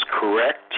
correct